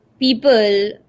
people